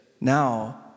now